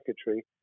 secretary